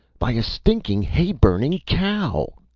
by a stinking, hayburning cow.